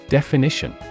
Definition